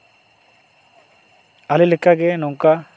ᱟᱞᱮ ᱞᱮᱠᱟ ᱜᱮ ᱱᱚᱝᱠᱟ